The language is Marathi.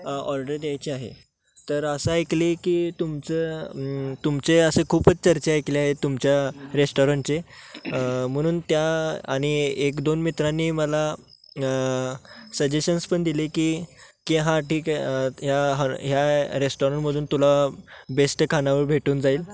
ऑर्डर द्यायची आहे तर असं ऐकले की तुमचं तुमचे असे खूपच चर्चा ऐकले आहे तुमच्या रेस्टॉरंटचे म्हणून त्या आणि एक दोन मित्रांनी मला सजेशन्स पण दिले की की हां ठीक आहे ह्या ह्या रेस्टॉरंटमधून तुला बेस्ट खानावळ भेटून जाईल